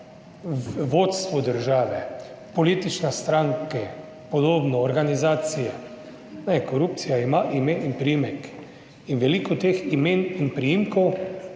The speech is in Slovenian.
vodstvo države, politične stranke, podobno organizacije. Ne, korupcija ima ime in priimek in veliko teh imen in priimkov